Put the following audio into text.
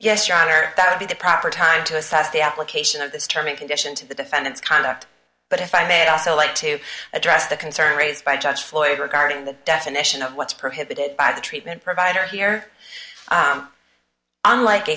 honor that would be the proper time to assess the application of this term a condition to the defendant's conduct but if i may i also like to address the concerns raised by judge floyd regarding the definition of what's prohibited by the treatment provider here unlike